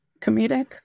comedic